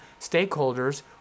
stakeholders